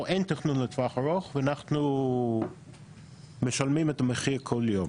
אין תכנון לטווח ארוך ואנחנו משלמים את המחיר כל יום.